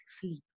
sleep